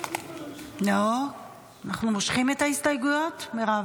אנחנו מושכים את ההסתייגויות, מירב?